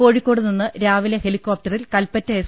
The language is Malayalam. കോഴിക്കോട് നിന്ന് രാവിലെ ഹെലികോപ്റ്ററിൽ കൽപ്പറ്റ എസ്